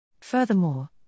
Furthermore